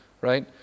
Right